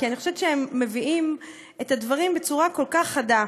כי אני חושבת שהם מביעים את הדברים בצורה כל כך חדה: